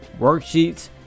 worksheets